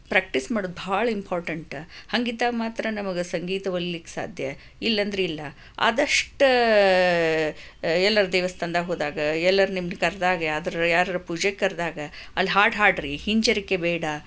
practice ಮಾಡೋದು ಭಾಳ important ಹಾಗಿದ್ದಾಗ ಮಾತ್ರ ನಮಗೆ ಸಂಗೀತ ಒಲಿಯಲಿಕ್ಕೆ ಸಾಧ್ಯ ಇಲ್ಲಂದರೆ ಇಲ್ಲ ಆದಷ್ಟು ಎಲ್ಲಾದ್ರು ದೇವಸ್ಥಾನದಾಗ ಹೋದಾಗ ಎಲ್ಲಾದ್ರು ನಿಮಗೆ ಕರೆದಾಗ ಆದರೂ ಯಾರಾದ್ರು ಪೂಜೆಗೆ ಕರೆದಾಗ ಅಲ್ಲಿ ಹಾಡು ಹಾಡಿರಿ ಹಿಂಜರಿಕೆ ಬೇಡ